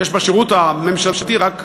יש בשירות הממשלתי רק 67,000,